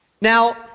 Now